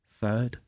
Third